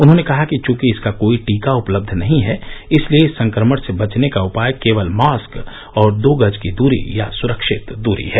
उन्होंने कहा कि चूंकि इसका कोई टीका उपलब्ध नहीं है इसलिए इस संक्रमण से बचने का उपाय केवल मॉस्क और दो गज की दृरी या सुरक्षित दृरी है